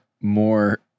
more